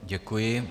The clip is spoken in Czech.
Děkuji.